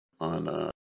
On